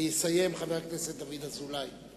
ויסיים חבר הכנסת דוד אזולאי.